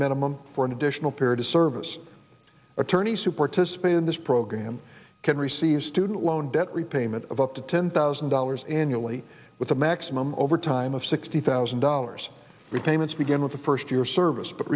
minimum for an additional period of service attorneys who participate in this program can receive student loan debt repayment of up to ten thousand dollars annually with a maximum overtime of sixty thousand dollars repayments begin with the first year of service but